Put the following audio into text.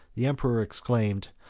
the emperor exclaimed,